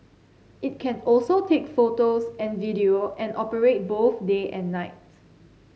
it can also take photos and video and operate both day and night